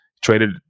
traded